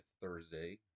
Thursday